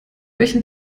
welchen